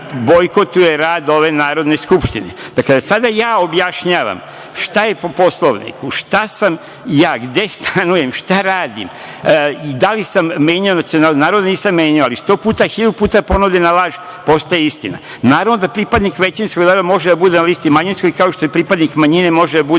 bojkotuje rad ove Narodne skupštine. Dakle, sada ja objašnjavam šta je po Poslovniku, šta sam ja, gde stanujem, šta radim i da li sam menjao nacionalnost. Naravno da nisam menjao, ali 100 puta, 1.000 puta ponovljena laž postaje istina. Naravno da pripadnik većinskog dela može da bude na listi manjinske, kao što pripadnik manjine može da bude